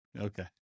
Okay